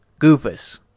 Goofus